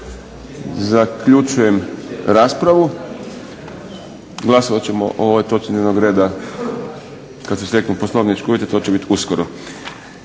Zaključujem raspravu. Glasovat ćemo o ovoj točci dnevnog reda kad se steknu poslovnički uvjeti. To će biti uskoro.